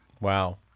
Wow